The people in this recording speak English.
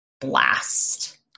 blast